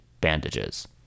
bandages